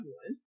one